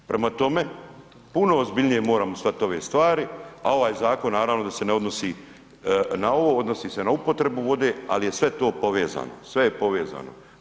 Prema tome, puno ozbiljnije moramo shvatiti ove stvari, a ovaj zakon naravno da se ne odnosi na ovo, odnosi se na upotrebu vode, ali je sve to povezano, sve je povezano.